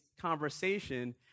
conversation